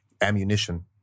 ammunition